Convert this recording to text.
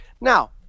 now